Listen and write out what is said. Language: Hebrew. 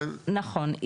אבל נכון.